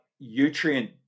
nutrient